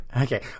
okay